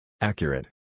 Accurate